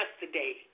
yesterday